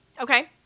Okay